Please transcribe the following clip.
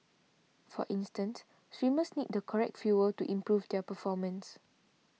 for instance swimmers need the correct fuel to improve their performance